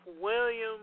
William